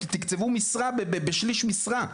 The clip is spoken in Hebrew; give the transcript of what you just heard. תקצבו משרה בשליש משרה,